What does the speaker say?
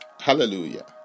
Hallelujah